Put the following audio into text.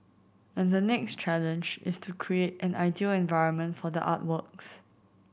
and the next challenge is to create an ideal environment for the artworks